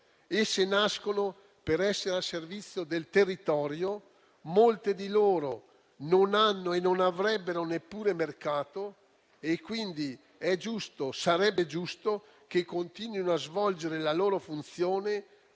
Esse nascono per essere al servizio del territorio, molte di loro non hanno e non avrebbero neppure mercato; sarebbe quindi giusto che esse continuassero a svolgere la loro funzione